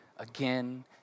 Again